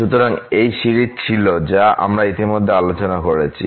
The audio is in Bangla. সুতরাং এই সিরিজ ছিল যা আমরা ইতিমধ্যে আলোচনা করেছি